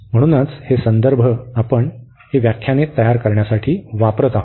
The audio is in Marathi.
म्हणूनच हे संदर्भ आपण ही व्याख्याने तयार करण्यासाठी वापरत आहोत